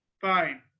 fine